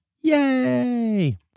Yay